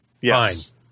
Yes